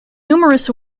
numerous